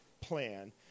plan